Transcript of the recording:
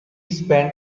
spent